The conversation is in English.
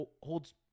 holds